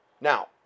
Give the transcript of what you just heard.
now